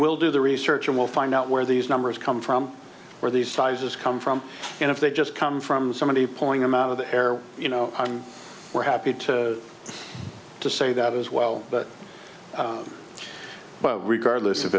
will do the research and we'll find out where these numbers come from where these sizes come from and if they just come from somebody point them out of the air you know and we're happy to to say that as well but regardless